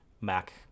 Mac